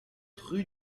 rue